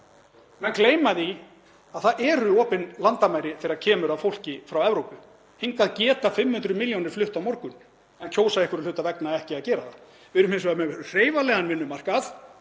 Menn gleyma því að það eru opin landamæri þegar kemur að fólki frá Evrópu. Hingað geta 500 milljónir flutt á morgun en kjósa einhverra hluta vegna ekki að gera það. Við erum hins vegar með hreyfanlegan vinnumarkað